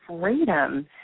freedom